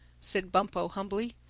said bumpo humbly.